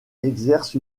exerce